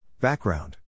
Background